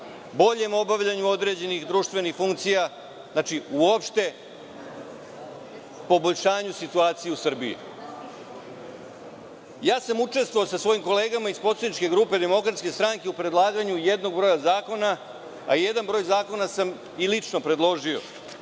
boljem obavljanju određenih društvenih funkcija, uopšte poboljšanju situacije u Srbiji. Učestvovao sam, sa svojim kolegama iz poslaničke grupe Demokratske stranke, u predlaganju jednog broja zakona, a jedan broj zakona sam i lično predložio.